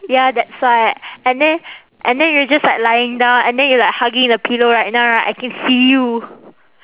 ya that's why and then and then you're just like lying down and then you're like hugging the pillow right now right I can see you